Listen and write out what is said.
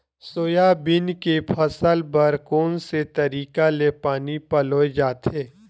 Soybean के फसल बर कोन से तरीका ले पानी पलोय जाथे?